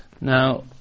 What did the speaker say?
Now